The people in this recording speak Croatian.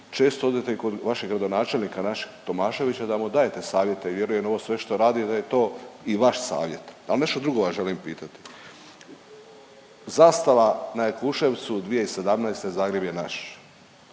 često odete kod vašeg gradonačelnika, našeg Tomaševića da mu dajete savjete i vjerujem ovo sve što radi da je to i vaš savjet. Ali nešto drugo vas želim pitati. Zastava na Jakuševcu 2017. „Zagreb je naš“.